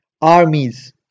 armies